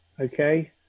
Okay